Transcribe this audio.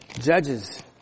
Judges